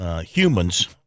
humans